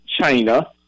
China